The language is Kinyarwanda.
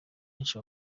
benshi